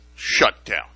Shutdown